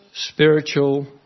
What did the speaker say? spiritual